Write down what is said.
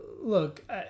look